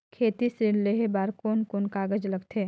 खेती ऋण लेहे बार कोन कोन कागज लगथे?